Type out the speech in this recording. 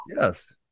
Yes